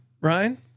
Ryan